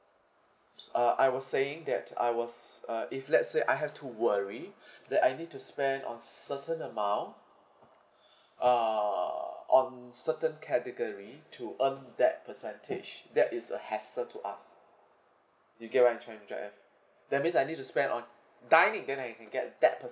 s~ uh I was saying that I was uh if let's say I have to worry that I need to spend on certain amount uh on certain category to earn that percentage that is a hassle to us you get what I'm trying to drive at that means I need to spend on dining then I can get that